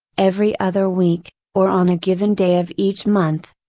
every other week, or on a given day of each month,